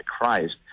Christ